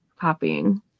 copying